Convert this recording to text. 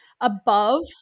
above-